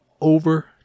over